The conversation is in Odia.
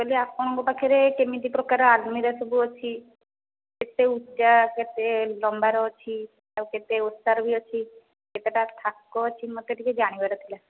ମୁଁ କହିଲି ଆପଣଙ୍କ ପାଖରେ କେମିତି ପ୍ରକାର ଆଲମିରା ସବୁ ଅଛି କେତେ ଉଚ୍ଚା କେତେ ଲମ୍ବା ର ଅଛି ବା କେତେ ଓସାର ବି ଅଛି କେତେଟା ଥାକ ଅଛି ମୋତେ ଟିକିଏ ଜାଣିବାରଥିଲା